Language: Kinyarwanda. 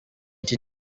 iki